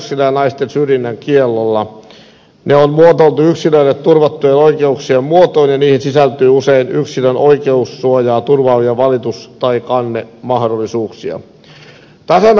ne on muotoiltu yksilölle turvattujen oikeuksien muotoon ja niihin sisältyy usein yksilön oikeussuojaa turvaavia valitus tai kannemahdollisuuksia